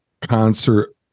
concert